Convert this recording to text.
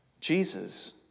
Jesus